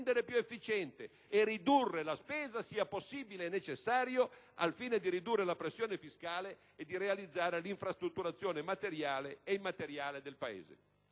rendere più efficiente e ridurre la spesa sia possibile e necessario al fine di ridurre la pressione fiscale e di realizzare l'infrastrutturazione materiale e immateriale del Paese.